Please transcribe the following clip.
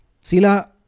Sila